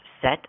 set